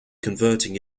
converting